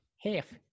Half